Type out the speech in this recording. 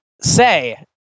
say